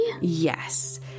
Yes